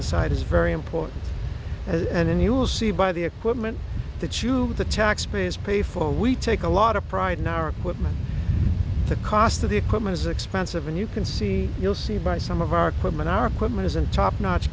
inside is very important as and you will see by the equipment that you the taxpayers pay for we take a lot of pride in our equipment the cost of the equipment is expensive and you can see you'll see by some of our equipment our equipment is in top notch